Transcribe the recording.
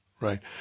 right